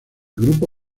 grupo